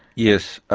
yes,